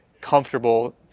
comfortable